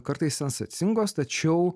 kartais sensacingos tačiau